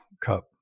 cup